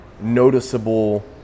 noticeable